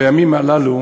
בימים הללו